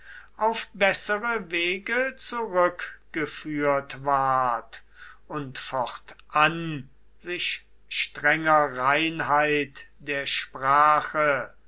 auf bessere wege zurückgeführt ward und fortan sich strenger reinheit der sprache